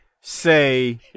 say